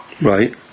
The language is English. right